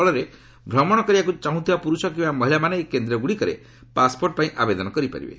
ଫଳରେ ଭ୍ରମଣ କରିବାକୁ ଚାହୁଁଥିବା ପୁରୁଷ କିମ୍ବା ମହିଳାମାନେ ଏହି କେନ୍ଦ୍ରଗୁଡ଼ିକରେ ପାଶ୍ପୋର୍ଟ୍ ପାଇଁ ଆବେଦନ କରିପାରିବେ